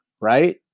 right